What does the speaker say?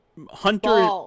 Hunter